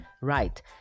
right